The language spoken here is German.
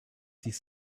dies